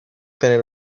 tener